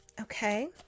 okay